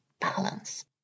balance